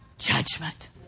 judgment